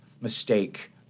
mistake